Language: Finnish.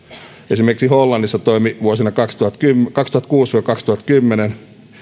esimerkiksi hollannissa toimi vuosina kaksituhattakuusi viiva kaksituhattakymmenen